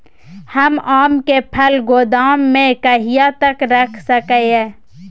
हम आम के फल गोदाम में कहिया तक रख सकलियै?